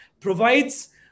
provides